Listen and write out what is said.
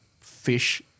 fish